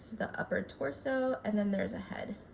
the upper torso and then there's a head